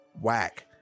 whack